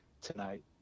tonight